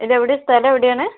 ഇതെവിടെ സ്ഥലം എവിടെയാണ്